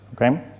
okay